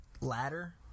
ladder